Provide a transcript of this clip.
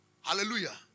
Hallelujah